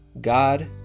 God